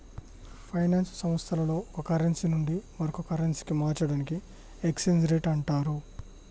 finance సంస్థల్లో ఒక currency నుండి మరో కరెన్సీకి మార్చడాన్ని ఎక్స్చేంజ్ రేట్ అంటరు